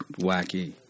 wacky